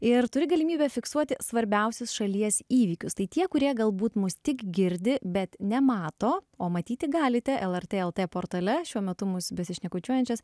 ir turi galimybę fiksuoti svarbiausius šalies įvykius tai tie kurie galbūt mus tik girdi bet nemato o matyti galite lrt lt portale šiuo metu mus besišnekučiuojančias